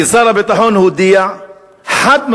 כי שר הביטחון הודיע חד-משמעית